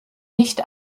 nicht